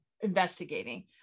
investigating